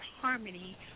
harmony